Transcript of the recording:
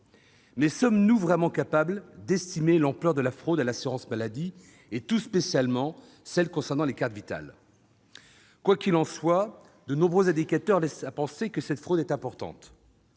an. Sommes-nous vraiment capables d'estimer l'ampleur de la fraude à l'assurance maladie et, tout spécialement, de la fraude aux cartes Vitale ? Quoi qu'il en soit, de nombreux indicateurs laissent à penser que cette fraude est importante.